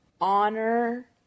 honor